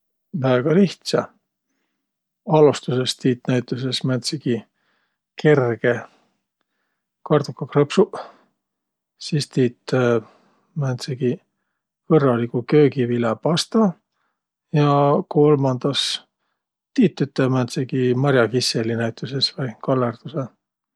Väega lihtsä! Alostusõs tiit näütüses määntsegi kerge: kardohkakrõpsuq. Sis tiit määntsegi kõrraligu köögiviläpasta. Ja kolmandas tiit üte määntsegi mar'akisseli näütüses vai kallõrdusõ.